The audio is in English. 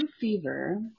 fever